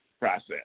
process